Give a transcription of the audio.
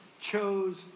chose